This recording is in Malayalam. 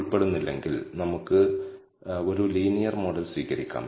അത് നല്ലതല്ലെങ്കിൽ ചിലപ്പോൾ നമ്മൾ നോൺ ലീനിയർ മോഡൽ ഫിറ്റ് ചെയ്യേണ്ടി വന്നേക്കാം